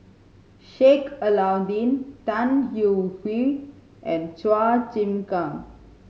Sheik Alau'ddin Tan Hwee Hwee and Chua Chim Kang